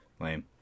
Lame